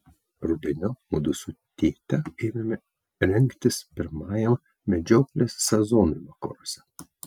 rudeniop mudu su tėte ėmėme rengtis pirmajam medžioklės sezonui vakaruose